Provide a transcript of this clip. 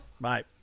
Bye